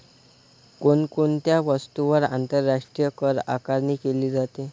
कोण कोणत्या वस्तूंवर आंतरराष्ट्रीय करआकारणी केली जाते?